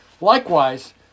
Likewise